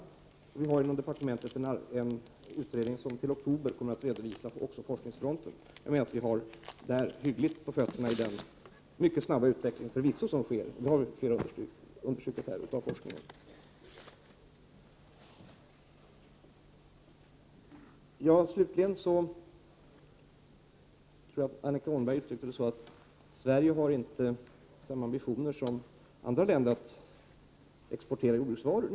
Dessutom arbetar en utredning, som är knuten till departementet, med dessa frågor. I oktober skall utredningen redovisa hur det förhåller sig på forskningsfronten. Vi har alltså hyggligt på fötterna när det gäller den förvisso mycket snabba utveckling som sker, vilket flera har understrukit, på forskningens område. Slutligen något till Annika Åhnberg. Jag har för mig att hon uttryckte sig så, att Sverige inte har samma ambitioner som andra länder beträffande exporten av jordbruksvaror.